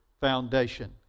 foundation